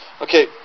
Okay